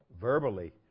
verbally